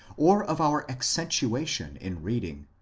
or of our accen tuation in reading,